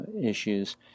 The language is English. issues